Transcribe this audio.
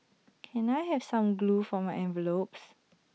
can I have some glue for my envelopes